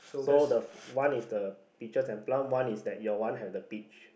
so the one is the picture then plum one is that your one have the peach